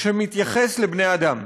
שמתייחס לבני-אדם.